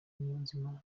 niyonzima